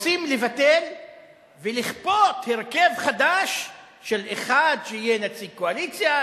רוצים לבטל ולכפות הרכב חדש של אחד שיהיה נציג קואליציה,